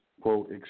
quote